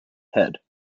head